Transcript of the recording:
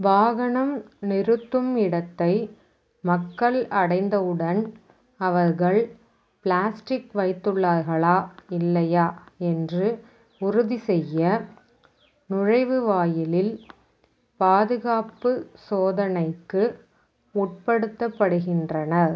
வாகனம் நிறுத்தும் இடத்தை மக்கள் அடைந்தவுடன் அவர்கள் பிளாஸ்டிக் வைத்துள்ளார்களா இல்லையா என்று உறுதிசெய்ய நுழைவு வாயிலில் பாதுகாப்பு சோதனைக்கு உட்படுத்தப்படுகின்றனர்